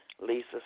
Lisa